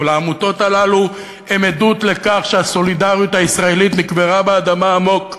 אבל העמותות האלה הן עדות לכך שהסולידריות הישראלית נקברה עמוק באדמה,